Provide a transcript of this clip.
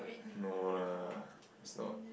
no lah it's not